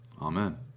Amen